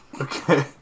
Okay